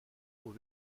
aux